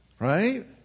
Right